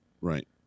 Right